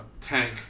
tank